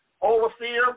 overseer